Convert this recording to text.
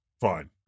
fine